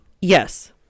yes